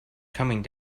coming